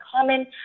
common